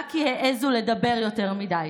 רק כי העזו לדבר יותר מדי.